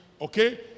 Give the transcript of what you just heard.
Okay